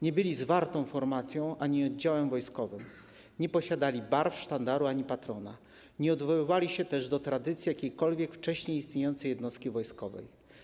Nie byli zwartą formacją ani oddziałem wojskowym, nie posiadali barw, sztandaru ani patrona, nie odwoływali się też do tradycji jakiejkolwiek wcześniej istniejącej jednostki wojskowej.